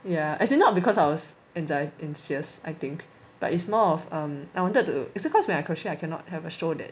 ya as in not because I was anxi~ anxious I think but it's more I wanted to it's because when I crochet I cannot have a show that